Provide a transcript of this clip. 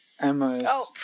Emma